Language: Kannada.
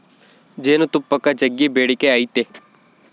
ಜೇನುತುಪ್ಪಕ್ಕ ಜಗ್ಗಿ ಬೇಡಿಕೆ ಐತೆ